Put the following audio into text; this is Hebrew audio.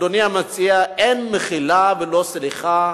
אדוני המציע, אין מחילה ולא סליחה.